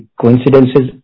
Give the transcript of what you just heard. coincidences